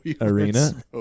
arena